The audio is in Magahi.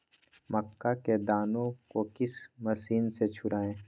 मक्का के दानो को किस मशीन से छुड़ाए?